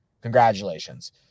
congratulations